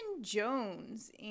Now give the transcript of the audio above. Jones